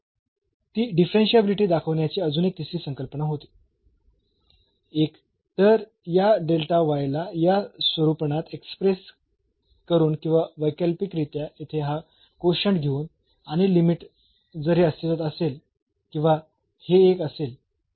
तर ती डिफरन्शियाबिलिटी दाखविण्याची अजून एक तिसरी संकल्पना होती एक तर या ला या स्वरूपणात एक्सप्रेस करून किंवा वैकल्पिकरित्या येथे हा कोशंट घेऊन आणि लिमिट जर हे अस्तित्वात असेल किंवा हे एक असेल